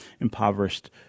impoverished